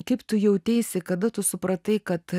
kaip tu jauteisi kada tu supratai kad